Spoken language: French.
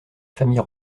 famille